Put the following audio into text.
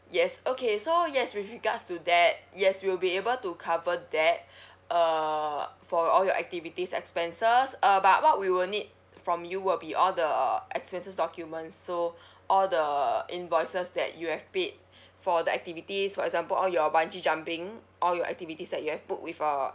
yes okay so yes with regards to that yes we'll be able to cover that uh for all your activities expenses uh but what we will need from you will be all the expenses documents so all the invoices that you have paid for the activities for example all your bungee jumping all your activities that you have booked with uh